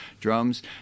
drums